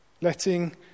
Letting